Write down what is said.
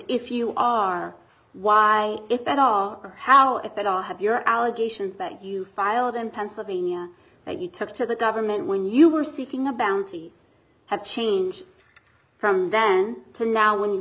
if you are why if at all how if at all have your allegations that you filed in pennsylvania that you took to the government when you were seeking a bounty have changed from then to